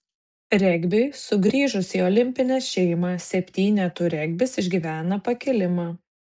regbiui sugrįžus į olimpinę šeimą septynetų regbis išgyvena pakilimą